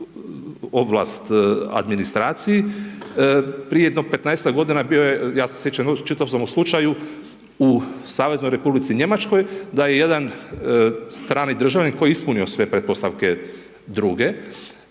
ovlast administraciji, prije jedno 15-tak godina, bio je ja se sjećam, čitao sam o slučaju, u Saveznoj Republici Njemačkoj, da je jedan strani državljanin, koji je ispunio sve pretpostavke druge,